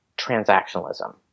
transactionalism